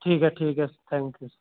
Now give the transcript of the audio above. ٹھیک ہے ٹھیک ہے تھینک یو